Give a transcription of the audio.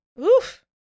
Oof